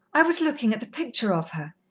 i was looking at the picture of her.